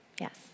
Yes